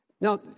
now